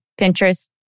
pinterest